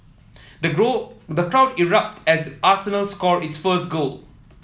the the crowd erupt as Arsenal score its first goal